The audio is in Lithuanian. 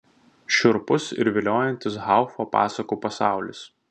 šiurpus ir viliojantis haufo pasakų pasaulis